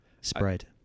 spread